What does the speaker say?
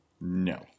No